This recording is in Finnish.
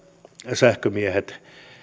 sähkömiehet